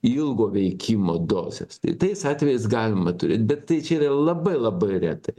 ilgo veikimo dozės tai tais atvejais galima turėt bet tai čia yra labai labai retai